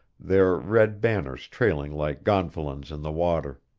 their red banners trailing like gonfalons in the water.